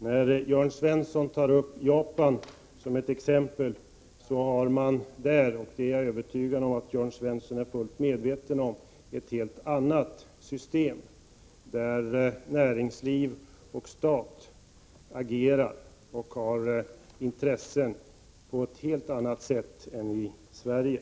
När Jörn Svensson tar upp Japan som ett — Nr 114 exempel vill jag säga att man där — och det är jag övertygad om att Jörn Onsdagen den Svensson är fullt medveten om — har ett helt annat system, där näringslivoch = 10 april 1985 stat agerar och har intressen, som sammanfaller på ett helt annat sätt än i Sverige.